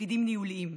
תפקידים ניהוליים.